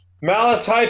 Malice